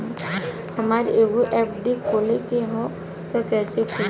हमरा एगो एफ.डी खोले के हवे त कैसे खुली?